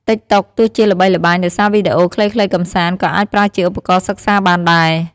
តិកតុក ទោះជាល្បីល្បាញដោយសារវីដេអូខ្លីៗកម្សាន្ត ក៏អាចប្រើជាឧបករណ៍សិក្សាបានដែរ។